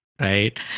right